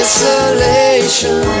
Isolation